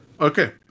Okay